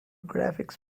graphics